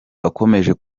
wakomeje